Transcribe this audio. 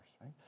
right